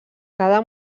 cada